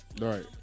Right